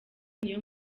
niyo